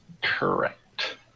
Correct